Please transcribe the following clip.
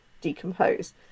decompose